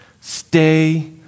Stay